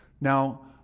Now